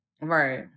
Right